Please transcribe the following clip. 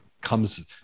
comes